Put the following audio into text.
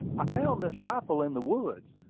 i found this rifle in the woods,